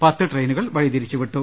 പത്ത് ട്രെയിനുകൾ വഴിതിരിച്ചുവിട്ടു